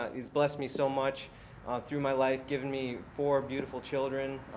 he's blessed me so much through my life, given me four beautiful children.